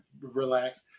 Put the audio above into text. Relax